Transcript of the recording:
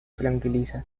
tranquiliza